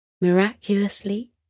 miraculously